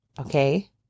okay